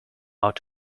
out